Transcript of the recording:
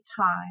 time